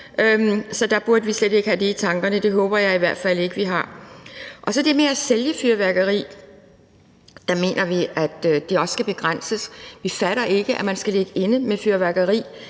så der burde vi slet ikke have det i tankerne. Det håber jeg i hvert fald ikke vi har. Og med hensyn til det med at sælge fyrværkeri mener vi, at det også skal begrænses. Vi fatter ikke, at man skal ligge inde med fyrværkeri